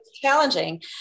challenging